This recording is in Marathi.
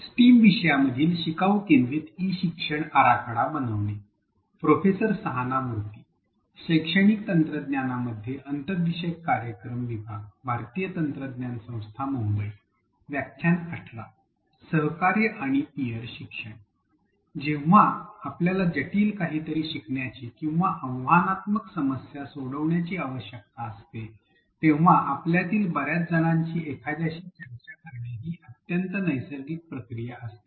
जेव्हा आपल्याला जटिल काहीतरी शिकण्याची किंवा आव्हानात्मक समस्या सोडवण्याची आवश्यकता असते तेव्हा आपल्यातील बर्याच जणांची एखाद्याशी चर्चा करणे ही अत्यंत नैसर्गिक प्रतिक्रिया असते